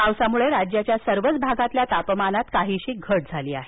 पावसामुळे राज्याच्या सर्वच भागातल्या तापमानात काहीशी घट झाली आहे